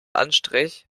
anstrich